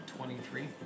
Twenty-three